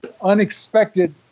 unexpected